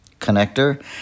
connector